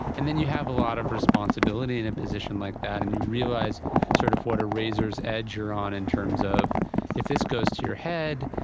and then you have a lot of responsibility in a position like that, and you realise sort of what a razor's edge you are on in terms of if this goes to your head,